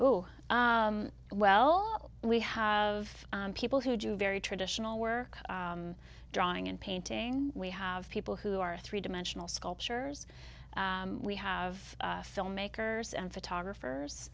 oh well we have people who do very traditional work drawing and painting we have people who are three dimensional sculptures we have filmmakers and photographers